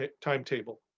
timetable